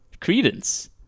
Credence